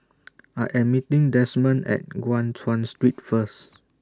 I Am meeting Desmond At Guan Chuan Street First